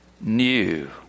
new